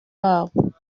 wabo